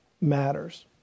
matters